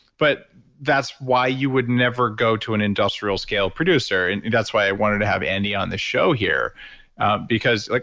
but that's why you would never go to an industrial scale producer. and that's why i wanted to have andy on this show here because like